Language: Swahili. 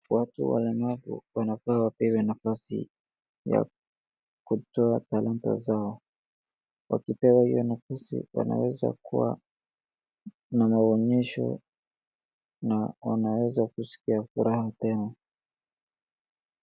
Watu walemavu wanafaa wapewe nafasi ya kutoa talanta zao. Wakipewa hiyo nafasi wanaweza kuwa na maonyesho na wanaweza kuskia furaha tena.